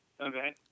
Okay